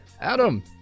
Adam